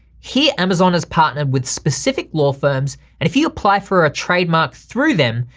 here amazon has partnered with specific law firms and if you apply for a trademark through them,